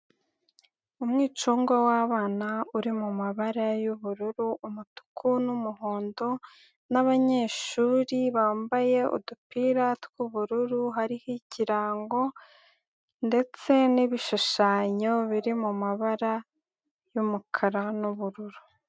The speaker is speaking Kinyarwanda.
Umwishonga wabana uri mumabara y'ubururu, umutuku n'umuhondo, n'abanyeshuri bambaye udupira tw'ubururu, hariho ikirango ndetse nibishushanyo biri mu mabara y'umukara n'ubururu.